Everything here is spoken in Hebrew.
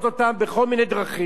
ואחר כך אנחנו מתלוננים,